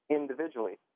individually